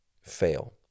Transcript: fail